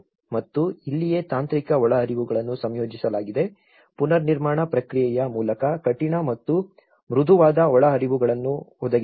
ಮತ್ತು ಇಲ್ಲಿಯೇ ತಾಂತ್ರಿಕ ಒಳಹರಿವುಗಳನ್ನು ಸಂಯೋಜಿಸಲಾಗಿದೆ ಪುನರ್ನಿರ್ಮಾಣ ಪ್ರಕ್ರಿಯೆಯ ಮೂಲಕ ಕಠಿಣ ಮತ್ತು ಮೃದುವಾದ ಒಳಹರಿವುಗಳನ್ನು ಒದಗಿಸಲಾಗಿದೆ